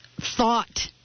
thought